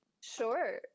Sure